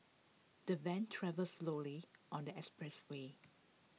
the van travelled slowly on the expressway